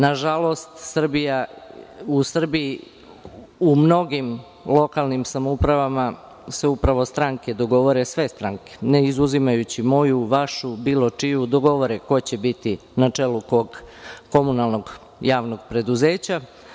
Nažalost, u Srbiji u mnogim lokalnim samoupravama se upravo stranke dogovore, sve stranke, ne izuzimajući moju, vašu, bilo čiju, dogovore ko će biti na čelu kog komunalnog javnog preduzeća.